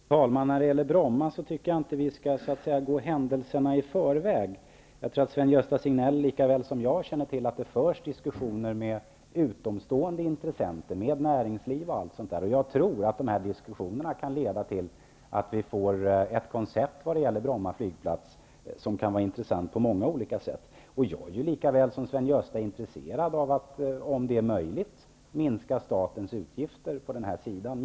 Fru talman! Jag tycker inte att vi skall gå händelserna i förväg när det gäller Bromma. Jag tror att Sven-Gösta Signell lika väl som jag känner till att det förs diskussioner med utomstående intressenter, med näringslivet och andra. Dessa diskussioner kan nog leda fram till ett koncept angående Bromma flygplats, som kan vara intressant på många olika sätt. Jag är ju -- precis som Sven-Gösta Signell -- intresserad av att minska statens utgifter om det är möjligt.